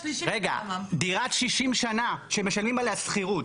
דירת 60 שנים שמשלמים עליה שכירות,